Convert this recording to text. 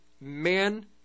men